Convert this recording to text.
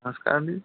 नमस्कार जी